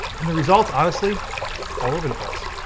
and the results honestly all over the place.